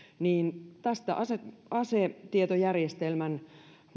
niin näistä asetietojärjestelmän